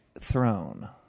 Throne